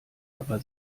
aber